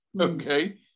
okay